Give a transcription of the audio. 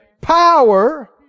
power